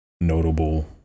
notable